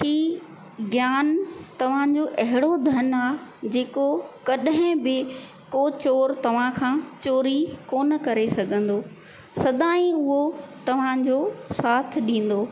की ज्ञान तव्हां जो अहिड़ो धनु आहे जेको कॾहिं बि को चोर तव्हां खां चोरी कोन करे सघंदो सदाईं उहो तव्हां जो साथ ॾींदो